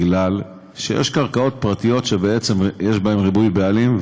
כי יש קרקעות פרטיות שבעצם יש בהן ריבוי בעלים,